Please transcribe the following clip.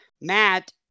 Matt